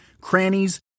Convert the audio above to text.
crannies